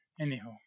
Anyhow